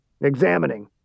Examining